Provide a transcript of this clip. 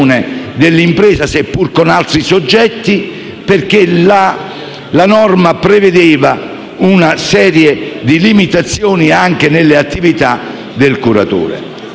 dell'impresa, sia pur con altri soggetti. Questo perché la norma prevedeva una serie di limitazioni anche nelle attività del curatore.